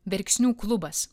verksnių klubas